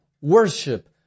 worship